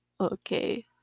Okay